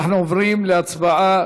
אנחנו עוברים להצבעה.